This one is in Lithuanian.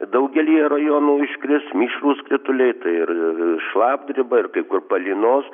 daugelyje rajonų iškris mišrūs krituliai tai ir ir šlapdriba ir kai kur palynos